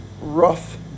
rough